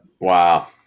Wow